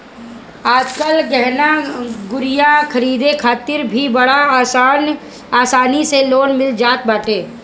आजकल गहना गुरिया खरीदे खातिर भी बड़ा आसानी से लोन मिल जात बाटे